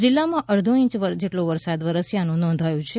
જિલ્લામાં અડધો ઇંચ જેટલો વરસાદ વરસ્યાનું નોંધાયું છે